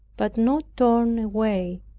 but not torn away.